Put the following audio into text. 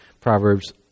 Proverbs